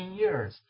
years